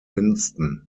winston